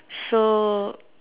so